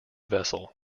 vessel